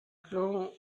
know